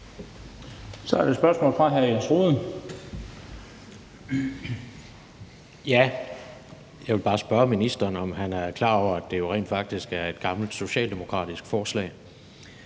Så er der et spørgsmål fra hr. Jens Rohde. Kl. 13:41 Jens Rohde (KD): Jeg vil bare spørge ministeren, om han er klar over, at det jo rent faktisk er et gammelt socialdemokratisk forslag